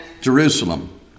jerusalem